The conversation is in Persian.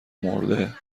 مرده